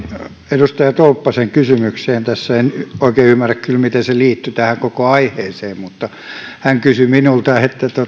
edustaja tolppasen kysymykseen tässä en oikein ymmärrä kyllä miten se liittyi tähän koko aiheeseen mutta hän kysyi minulta